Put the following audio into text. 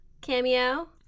cameo